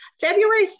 February